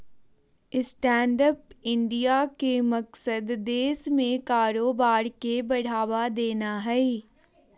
stand up India के मकसद देश में कारोबार के बढ़ावा देना हइ